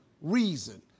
reason